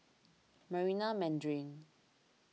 Marina Mandarin